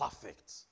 perfect